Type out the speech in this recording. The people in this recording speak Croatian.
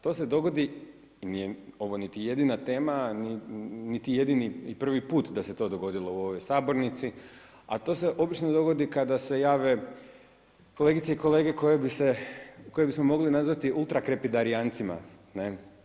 To se dogodi, nije ovo niti jedina tema niti jedini i prvi put da se to dogodilo u ovoj sabornici, a to se obično dogodi kada se jave kolegice i kolege koji bismo mogli nazvati ultrakrepidarijancima, ne.